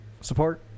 support